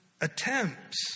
attempts